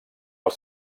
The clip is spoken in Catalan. els